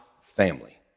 family